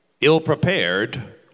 ill-prepared